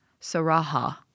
Saraha